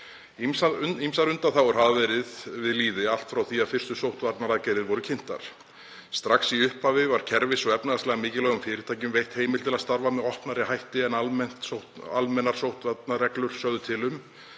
Ýmsar undanþágur hafa verið við lýði allt frá því að fyrstu sóttvarnaaðgerðir voru kynntar. Strax í upphafi var kerfis- og efnahagslega mikilvægum fyrirtækjum veitt heimild til að starfa með opnari hætti en almennar sóttvarnareglur sögðu til um.